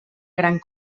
gran